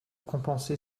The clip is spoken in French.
compenser